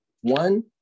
One